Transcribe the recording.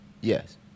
Yes